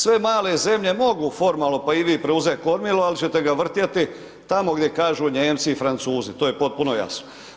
Sve male zemlje mogu formalno pa i vi preuzeti kormilo ali ćete ga vrtjeti tamo gdje kažu Nijemci i Francuzi, to je potpuno jasno.